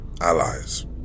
allies